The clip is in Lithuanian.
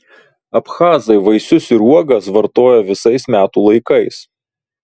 abchazai vaisius ir uogas vartoja visais metų laikais